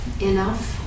enough